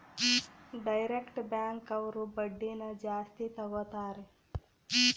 direct bank ಅವ್ರು ಬಡ್ಡಿನ ಜಾಸ್ತಿ ತಗೋತಾರೆ